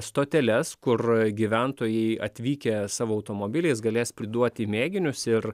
stoteles kur gyventojai atvykę savo automobiliais galės priduoti mėginius ir